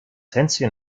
hänschen